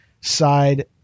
side